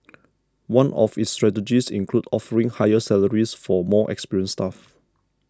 one of its strategies includes offering higher salaries for more experienced staff